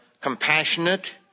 compassionate